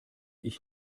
ich